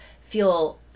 feel